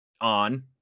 on